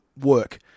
work